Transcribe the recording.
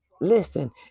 Listen